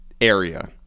area